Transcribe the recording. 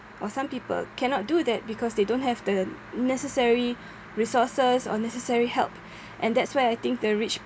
or some people cannot do that because they don't have the necessary resources or necessary help and that's why I think the rich